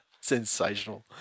sensational